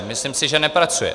Myslím si, že nepracuje.